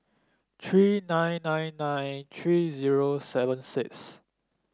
three nine nine nine three zero seven six